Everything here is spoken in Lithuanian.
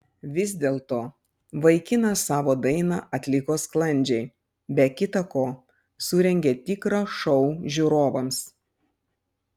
vis dėlto vaikinas savo dainą atliko sklandžiai be kita ko surengė tikrą šou žiūrovams